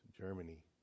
Germany